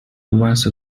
once